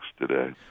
today